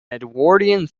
edwardian